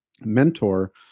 mentor